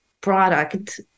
product